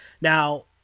Now